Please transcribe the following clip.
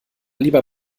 lieber